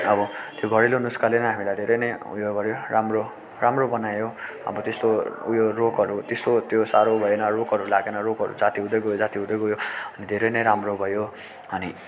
अब त्यो घरेलु नुस्खाले नै हामीलाई धेरै नै उयो गऱ्यो राम्रो राम्रो बनायो अब त्यस्तो उयो रोगहरू त्यस्तो त्यो साह्रो भएन रोगहरू लागेन रोगहरू जाती हुँदै गयो जाती हुँदै गयो अनि धेरै नै राम्रो भयो अनि